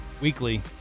weekly